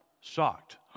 Shocked